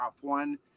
one